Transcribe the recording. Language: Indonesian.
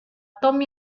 tom